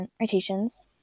rotations